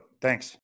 Thanks